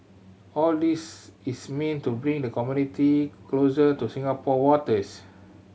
all this is meant to bring the community closer to Singapore waters